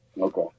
Okay